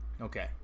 okay